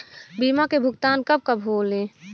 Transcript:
बीमा के भुगतान कब कब होले?